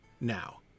now